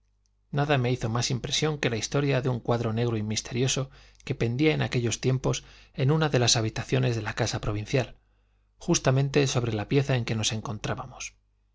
nada me hizo más impresión que la historia de un cuadro negro y misterioso que pendía en aquellos tiempos en una de las habitaciones de la casa provincial justamente sobre la pieza en que nos encontrábamos